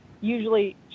usually